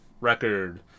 record